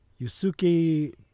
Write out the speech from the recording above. Yusuke